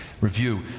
Review